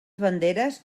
banderes